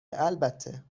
البته